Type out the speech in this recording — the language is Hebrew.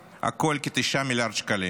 כ-9 מיליארד שקלים